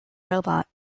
robot